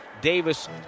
Davis